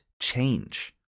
change